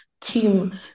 team